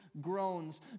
groans